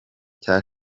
cya